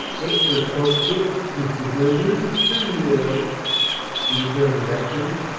that's a comfort, mr beveridge, any'ow he returned the matches,